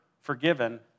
forgiven